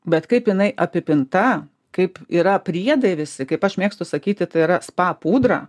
bet kaip jinai apipinta kaip yra priedai visi kaip aš mėgstu sakyti tai yra spa pudra